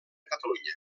catalunya